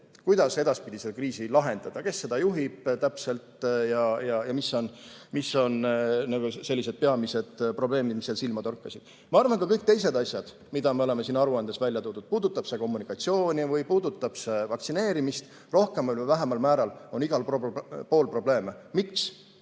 kuidas edaspidi seda kriisi lahendada, kes seda täpselt juhib ja mis on peamised probleemid, mis seal silma torkasid. Ma arvan, et ka kõik teised asjad, mida me oleme siin aruandes välja toonud – puudutab see kommunikatsiooni või puudutab see vaktsineerimist –, rohkemal või vähemal määral on igal pool probleeme. Miks?